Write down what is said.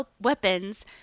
weapons